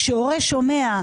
כשהורה שומע: